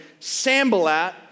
Sambalat